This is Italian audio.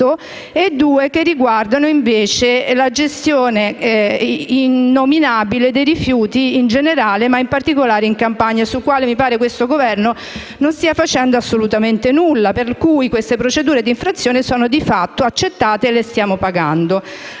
e due che riguardano invece la gestione innominabile dei rifiuti in generale e in particolare in Campania, sulle quali mi pare che questo Governo non stia facendo assolutamente nulla, per cui queste procedure di infrazione sono di fatto accettate e le stiamo pagando.